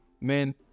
Man